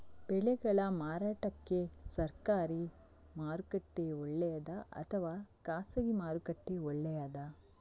ಬೆಳೆಗಳ ಮಾರಾಟಕ್ಕೆ ಸರಕಾರಿ ಮಾರುಕಟ್ಟೆ ಒಳ್ಳೆಯದಾ ಅಥವಾ ಖಾಸಗಿ ಮಾರುಕಟ್ಟೆ ಒಳ್ಳೆಯದಾ